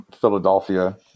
Philadelphia